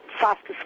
fastest